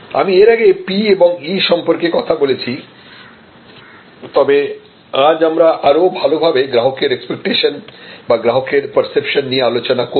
আমি এর আগে p এবং e সম্পর্কে কথা বলেছি তবে আজ আমরা আরও ভালো ভাবে গ্রাহকের এক্সপেক্টেশন বা গ্রাহকের পার্সেপশন নিয়ে আলোচনা করব